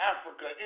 Africa